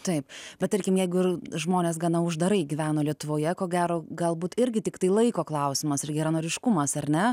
taip va tarkim jeigu ir žmonės gana uždarai gyveno lietuvoje ko gero galbūt irgi tiktai laiko klausimas ir geranoriškumas ar ne